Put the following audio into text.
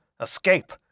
escape